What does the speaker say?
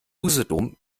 usedom